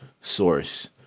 source